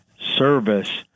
service